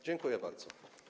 Dziękuję bardzo.